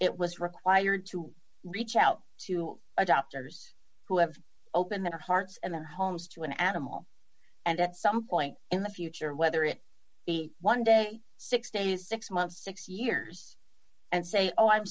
it was required to reach out to adopters who have opened their hearts and their homes to an animal and at some point in the future whether it be one day six days six months six years and say oh i'm